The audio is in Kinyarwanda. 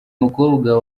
mukobwa